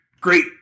great